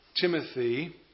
Timothy